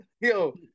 Yo